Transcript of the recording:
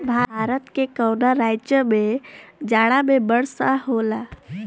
भारत के कवना राज्य में जाड़ा में वर्षा होला?